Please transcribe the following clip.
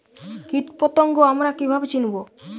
কীটপতঙ্গ আমরা কীভাবে চিনব?